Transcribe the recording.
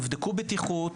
יבדקו בטיחות,